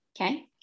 okay